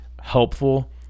helpful